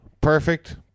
perfect